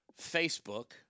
Facebook